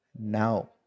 Now